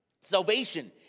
Salvation